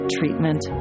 Treatment